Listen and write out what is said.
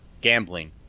gambling